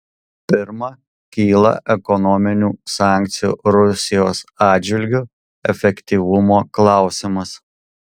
pirma kyla ekonominių sankcijų rusijos atžvilgiu efektyvumo klausimas